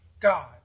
God